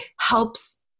helps